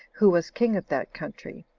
who was king of that country,